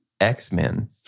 X-Men